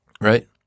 right